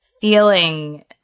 feeling